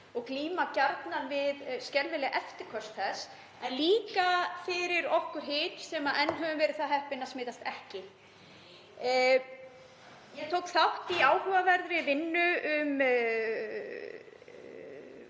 og glíma gjarnan við skelfileg eftirköst þess en líka fyrir okkur hin sem enn höfum verið það heppin að smitast ekki. Ég tók þátt í áhugaverðri vinnu um